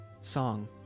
song